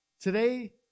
Today